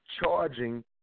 charging